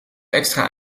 extra